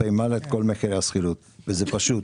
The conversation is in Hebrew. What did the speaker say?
כלפי מעלה את כל מחירי השכירות, וזה פשוט: